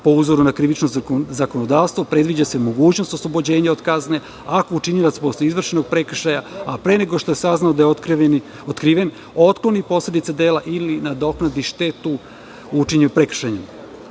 po uzoru na krivično zakonodavstvo, predviđa se mogućnost oslobođenja od kazne ako učinilac posle izvršenog prekršaja, a pre nego što je saznao da je otkriven, otkloni posledice dela ili nadoknadi štetu učinjenu prekršajem. Članom